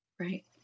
right